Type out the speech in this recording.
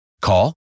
Call